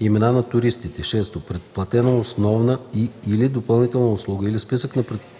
имена на туристите; 6. предплатената основна и/или допълнителна услуга или списък на предплатените услуги,